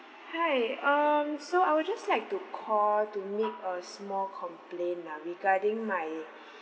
hi um so I would just like to call to make a small complain lah regarding my